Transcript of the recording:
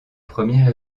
première